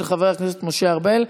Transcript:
של חבר הכנסת משה ארבל.